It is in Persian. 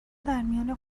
درمیان